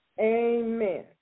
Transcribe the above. Amen